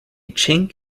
chink